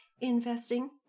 investing